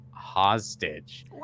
hostage